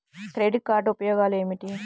Credit card ఉపయోగాలు ఏమిటి?